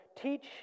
teach